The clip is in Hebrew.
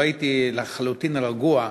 לא הייתי רגוע לחלוטין,